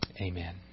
Amen